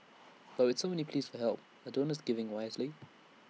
but with so many pleas for help are donors giving wisely